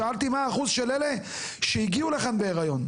שאלתי מה האחוז של אלו שהגיעו לכאן בהריון.